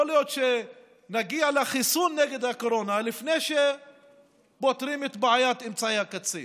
יכול להיות שנגיע לחיסון נגד הקורונה לפני שפותרים את בעיית אמצעי הקצה.